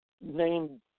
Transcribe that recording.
named